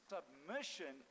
Submission